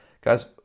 guys